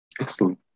Excellent